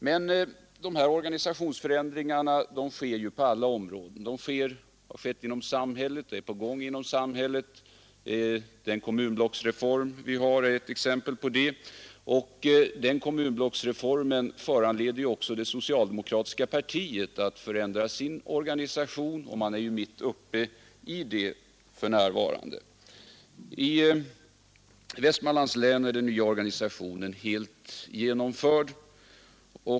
Men organisationsförändringar sker på alla områden. De sker inom samhället. Kommunblocksreformen är ett exempel på det. Den föranleder också det socialdemokratiska Partiet att ändra sin organisation, och man står för närvarande mitt uppe i det. I Västmanlands län är den nya organisationen helt genomförd.